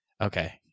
Okay